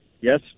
Yes